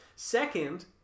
Second